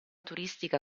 turistica